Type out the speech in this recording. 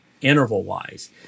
interval-wise